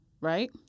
right